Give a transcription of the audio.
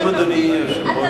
אדוני היושב-ראש, כן,